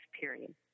period